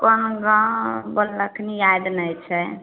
कहाँ गाँव बोलखनी याइद नहि छै